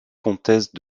comtesse